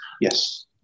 Yes